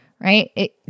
right